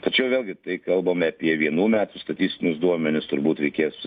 tačiau vėlgi tai kalbame apie vienų metų statistinius duomenis turbūt reikės